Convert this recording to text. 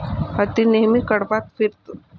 हत्ती नेहमी कळपात फिरतो